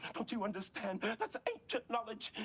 um don't you understand? that's ancient knowledge.